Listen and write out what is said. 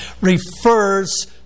refers